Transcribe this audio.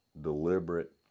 deliberate